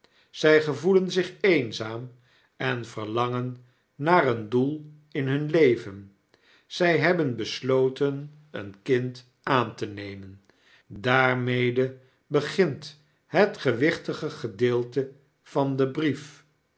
zij gevoelen zich eenzaam en verlangen naar een doel in hun leven zij hebben besloten een kind aan te nemen daarmede begint het gewichtige gedeelte van den brief